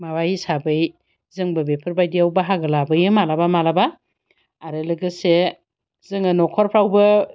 माबा हिसाबै जोंबो बेफोरबादियाव बाहागो लाबोयो मालाबा मालाबा आरो लोगोसे जोङो नखरफ्रावबो